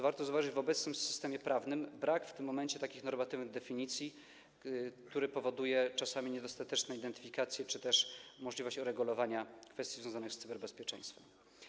Warto zauważyć, że w obecnym systemie prawnym brak w tym momencie takich normatywnych definicji, co powoduje czasami niedostateczne identyfikacje czy też stwarza możliwość uregulowania kwestii związanych z cyberbezpieczeństwem.